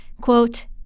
Quote